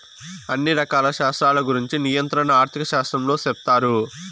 అన్ని రకాల శాస్త్రాల గురుంచి నియంత్రణ ఆర్థిక శాస్త్రంలో సెప్తారు